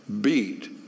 beat